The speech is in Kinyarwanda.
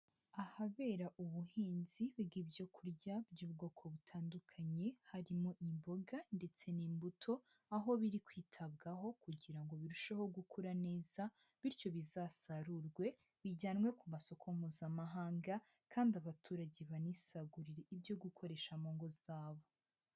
Ahabera ubuhinzi bwibyo kurya by'ubwoko butandukanye, harimo imboga ndetse n'imbuto, aho biri kwitabwaho kugira ngo birusheho gukura neza bityo bizasarurwe bijyanwe ku masoko mpuzamahanga kandi abaturage banisagurire ibyo gukoresha mu ngo zabo.